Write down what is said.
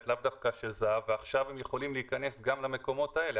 ולאו דווקא זה"ב ועכשיו הם יכולים להיכנס גם למקומות האלה.